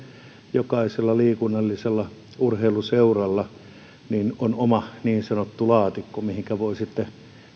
jokaisella liikunnallisella urheiluseuralla oma niin sanottu laatikko mihinkä voi sitten